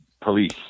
police